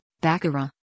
baccarat